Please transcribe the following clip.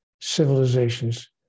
civilizations